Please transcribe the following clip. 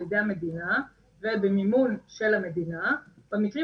על ידי המדינה ובמימון של המדינה במקרים